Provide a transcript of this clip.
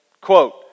Quote